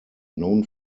known